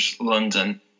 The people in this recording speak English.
London